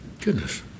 Goodness